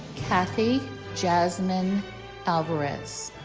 kathie jasmine alvarez